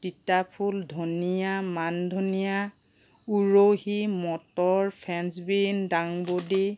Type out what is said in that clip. তিতাফুল ধনিয়া মান ধনিয়া উৰহী মটৰ ফ্ৰেন্স বিন দাংবডি